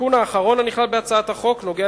התיקון האחרון הנכלל בהצעת החוק נוגע